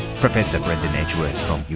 professor brendan edgeworth from